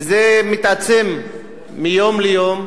וזה מתעצם מיום ליום.